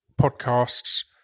podcasts